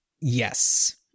Yes